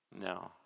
No